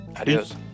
Adios